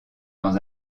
dans